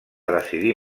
decidir